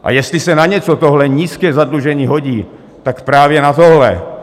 A jestli se na něco tohle nízké zadlužení hodí, tak právě na tohle.